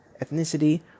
ethnicity